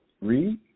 Read